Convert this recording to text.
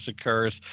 occurs